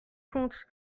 compte